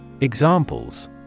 Examples